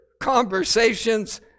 conversations